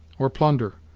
or plunder,